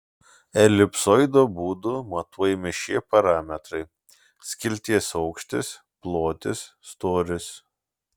elipsoido būdu matuojami šie parametrai skilties aukštis plotis storis